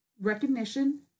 Recognition